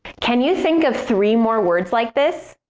can you think of three more words like this?